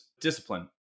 discipline